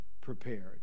prepared